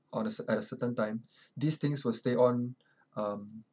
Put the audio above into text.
on a cert~ at a certain time these things will stay on uh